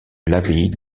l’abbaye